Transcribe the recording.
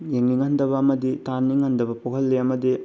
ꯌꯦꯡꯅꯤꯡꯍꯟꯗꯕ ꯑꯃꯗꯤ ꯇꯥꯅꯤꯡꯍꯟꯗꯕ ꯄꯣꯛꯍꯟꯂꯤ ꯑꯃꯗꯤ